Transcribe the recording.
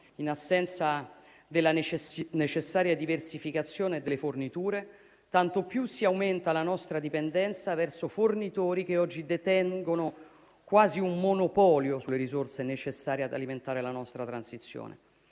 in assenza della necessaria diversificazione delle forniture, tanto più si aumenta la nostra dipendenza verso fornitori che oggi detengono quasi un monopolio sulle risorse necessarie ad alimentare la nostra transizione.